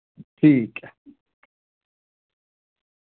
ठीक ऐ